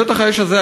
בשטח האש הזה,